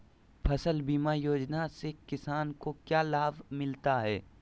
फसल बीमा योजना से किसान को क्या लाभ मिलता है?